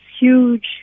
huge